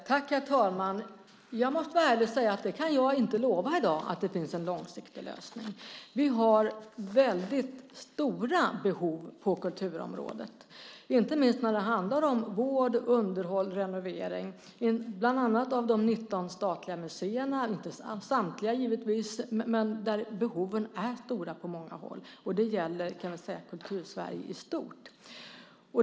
Herr talman! Jag måste vara ärlig och säga att jag i dag inte kan lova att det finns en långsiktig lösning. Vi har stora behov på kulturområdet, inte minst när det gäller vård, underhåll och renovering. Givetvis gäller det inte samtliga 19 statliga museer, men på många håll är behoven stora. Det gäller Kultur-Sverige i stort.